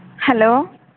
hello